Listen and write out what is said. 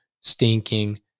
stinking